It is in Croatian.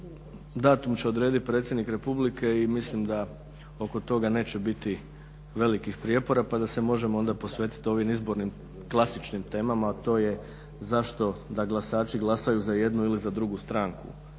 datum će odrediti predsjednik Republike i mislim da oko toga neće biti velikih prijepora pa da se možemo onda posvetiti novim izbornim klasičnim temama, a to je zašto da glasači glasaju za jednu ili za drugu stranku.